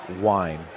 wine